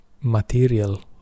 material